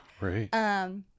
Right